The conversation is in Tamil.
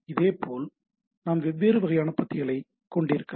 இதேபோல் நாம் வெவ்வேறு வகையான பத்திகளையும் கொண்டிருக்கலாம்